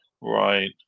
Right